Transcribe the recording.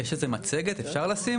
יש לי איזו מצגת, אפשר לשים?